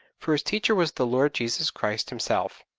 for his teacher was the lord jesus christ himself.